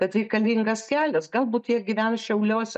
kad reikalingas kelias galbūt jie gyvens šiauliuose